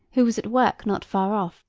who was at work not far off,